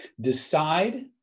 decide